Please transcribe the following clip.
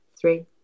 three